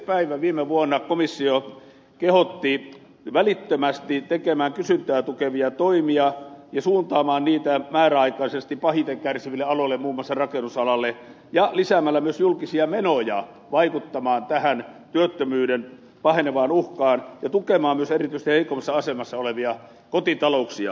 päivä viime vuonna komissio kehotti välittömästi tekemään kysyntää tukevia toimia ja suuntaamaan niitä määräaikaisesti pahiten kärsiville aloille muun muassa rakennusalalle ja lisäämällä myös julkisia menoja vaikuttamaan tähän työttömyyden pahenevaan uhkaan ja tukemaan myös erityisesti heikoimmassa asemassa olevia kotitalouksia